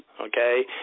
okay